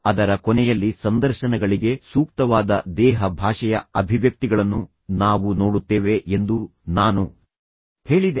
ಅದರ ಕೊನೆಯಲ್ಲಿ ಸಂದರ್ಶನಗಳಿಗೆ ಸೂಕ್ತವಾದ ದೇಹ ಭಾಷೆಯ ಅಭಿವ್ಯಕ್ತಿಗಳನ್ನು ನಾವು ನೋಡುತ್ತೇವೆ ಎಂದು ನಾನು ಹೇಳಿದೆ